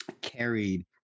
carried